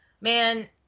man